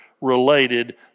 related